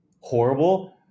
horrible